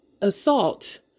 assault